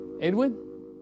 Edwin